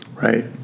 Right